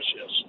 yes